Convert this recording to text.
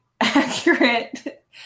accurate